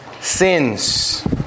sins